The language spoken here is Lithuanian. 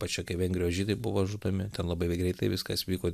ypač kai vengrijos žydai buvo žudomi ten labai greitai viskas vyko